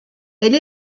elle